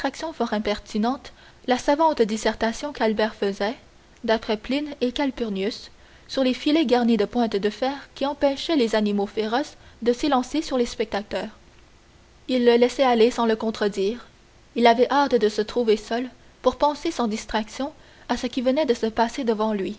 fort impertinente la savante dissertation qu'albert faisait d'après pline et calpurnius sur les filets garnis de pointes de fer qui empêchaient les animaux féroces de s'élancer sur les spectateurs il le laissait aller sans le contredire il avait hâte de se trouver seul pour penser sans distraction à ce qui venait de se passer devant lui